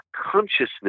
consciousness